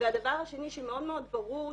והדבר השני שמאוד מאוד ברור,